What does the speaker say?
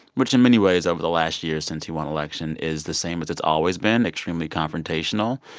which in many ways over the last year since he won election is the same as it's always been extremely confrontational.